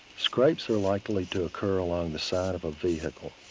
scrapes are likely to occur along the side of a vehicle.